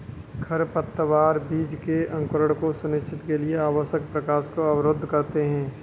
खरपतवार बीज के अंकुरण को सुनिश्चित के लिए आवश्यक प्रकाश को अवरुद्ध करते है